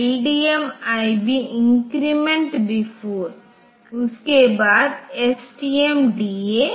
तो यह स्रोत है और हम इसे इस गंतव्य पर रखना चाहते हैं जो R14 द्वारा इंगित किया गया है